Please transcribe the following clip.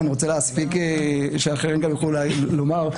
ואני רוצה שגם אחרים יוכלו לדבר: